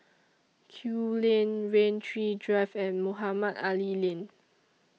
Kew Lane Rain Tree Drive and Mohamed Ali Lane